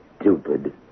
stupid